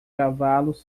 cavalos